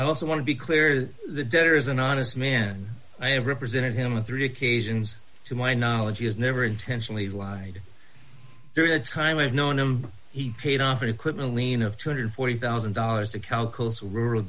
i also want to be clear that the debtor is an honest man i have represented him with three occasions to my knowledge he has never intentionally lied during the time i've known him he paid off equipment lien of two hundred and forty thousand dollars to calcul